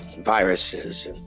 viruses